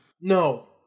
No